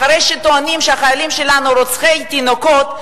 אחרי שטוענים שהחיילים שלנו רוצחי תינוקות,